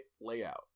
layout